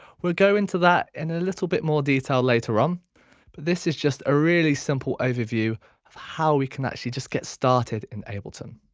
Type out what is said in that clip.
we'll go into that and in a little bit more detail later on um but this is just a really simple overview of how we can actually just get started in ableton.